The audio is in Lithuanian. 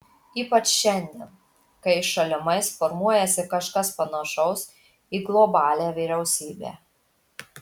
ypač šiandien kai šalimais formuojasi kažkas panašaus į globalią vyriausybę